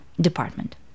department